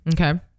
Okay